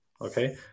Okay